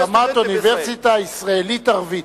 הקמת אוניברסיטה ישראלית ערבית.